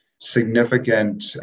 significant